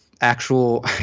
actual